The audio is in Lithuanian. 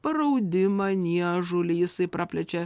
paraudimą niežulį jisai praplečia